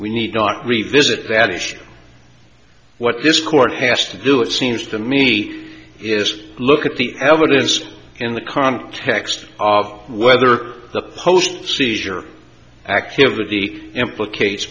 we need not revisit that issue what this court has to do it seems to me is look at the evidence in the context of whether the post seizure activity implicate